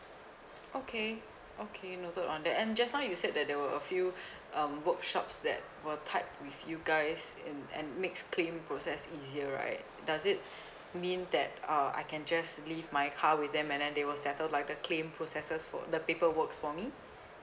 okay okay noted on that and just now you said that there were a few um workshops that were tied with you guys and and makes claim process easier right does it mean that uh I can just leave my car with them and then they will settle like the claim processes for the paper works for me